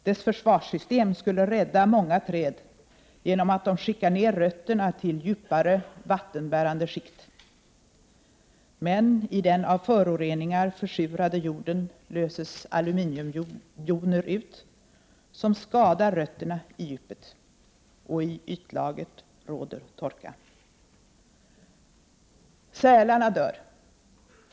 Dess försvarssystem skulle rädda många träd genom att de skickar ner rötterna till djupare, vattenbärande skikt. Men i den av föroreningar försurade jorden löses aluminiumjoner ut, som skadar rötterna i djupet. Och i ytlagret råder torka. Sälarna dör.